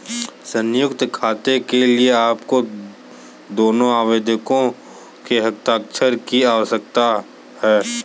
संयुक्त खाते के लिए आपको दोनों आवेदकों के हस्ताक्षर की आवश्यकता है